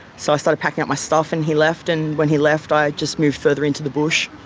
so i started packing up my stuff and he left, and when he left i just moved further into the bush.